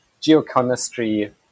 geochemistry